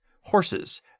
Horses